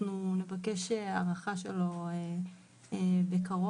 אנחנו נבקש הארכה שלו בקרוב.